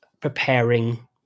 preparing